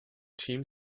team